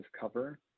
cover